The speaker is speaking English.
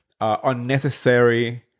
unnecessary